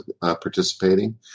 participating